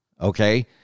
Okay